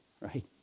right